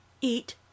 Eat